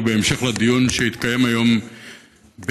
ובהמשך לדיון שהתקיים היום בשדולת